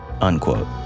Unquote